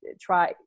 try